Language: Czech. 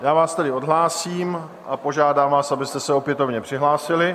Já vás tedy odhlásím a požádám vás, abyste se opětovně přihlásili.